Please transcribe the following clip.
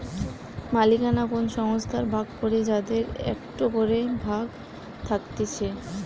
মালিকানা কোন সংস্থার ভাগ করে যাদের একটো করে ভাগ থাকতিছে